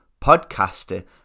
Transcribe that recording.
podcaster